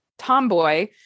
tomboy